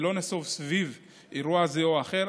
ולא נסב על אירוע זה או אחר.